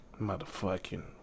Motherfucking